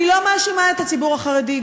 אני לא מאשימה את הציבור החרדי.